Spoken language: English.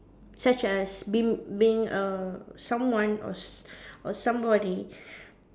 such as being being a someone or or somebody